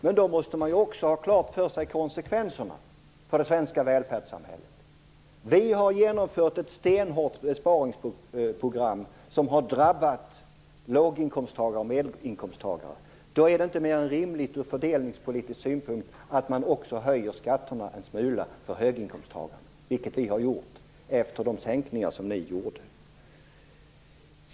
Men då måste man också ha konsekvenserna för det svenska välfärdssamhället klara för sig. Vi har genomfört ett stenhårt besparingsprogram som har drabbat låginkomsttagare och medelinkomsttagare. Då är det inte mer än rimligt ur fördelningspolitisk synpunkt att man också höjer skatterna en smula för höginkomsttagarna, vilket vi har gjort efter de sänkningar som ni genomförde.